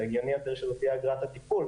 זה הגיוני יותר שזאת תהיה אגרת הטיפול,